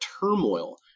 turmoil